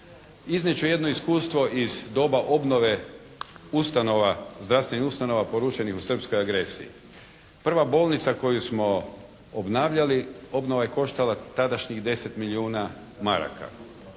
ću jedno iskustvo iz doba obnove ustanova, zdravstvenih ustanova porušenih u srpskoj agresiji. Prva bolnica koju smo obnavljali, obnova je koštala tadašnjih 10 milijuna maraka.